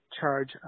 charge